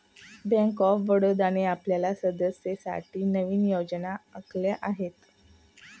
bank of बडोदाने आपल्या सदस्यांसाठी नवीन योजना आखल्या आहेत